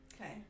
Okay